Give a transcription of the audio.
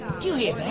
do you hear that!